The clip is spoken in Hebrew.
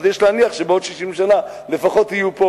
אז יש להניח שבעוד 60 שנה יהיו פה